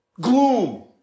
Gloom